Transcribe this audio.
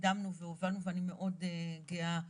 קידמנו והובלנו ואני מאוד גאה עליו.